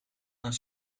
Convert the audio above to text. naar